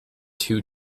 two